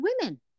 women